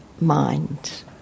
mind